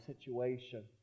situation